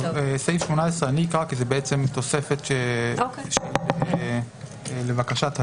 את סעיף 18 אני אקרא כי זה בעצם תוספת לבקשת היו"ר.